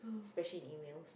especially emails